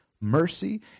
mercy